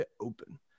Open